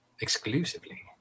exclusively